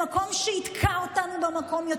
למקום שיתקע אותנו במקום,